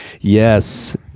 Yes